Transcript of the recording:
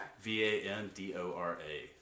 v-a-n-d-o-r-a